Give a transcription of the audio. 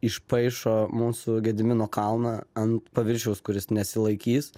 išpaišo mūsų gedimino kalną ant paviršiaus kuris nesilaikys